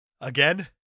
Again